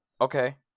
Okay